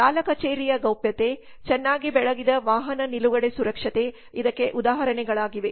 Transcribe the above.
ಸಾಲ ಕಚೇರಿಯ ಗೌಪ್ಯತೆ ಚೆನ್ನಾಗಿ ಬೆಳಗಿದ ವಾಹನ ನಿಲುಗಡೆ ಸುರಕ್ಷತೆ ಇದಕ್ಕೆ ಉದಾಹರಣೆಗಳಾಗಿವೆ